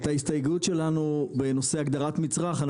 את ההסתייגות שלנו בנושא הגדרת מצרך,